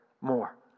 more